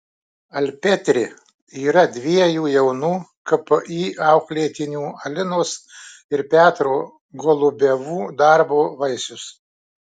alpetri yra dviejų jaunų kpi auklėtinių alinos ir petro golubevų darbo vaisius